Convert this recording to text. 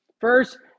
First